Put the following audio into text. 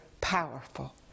powerful